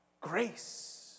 grace